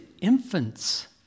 infants